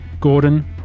Gordon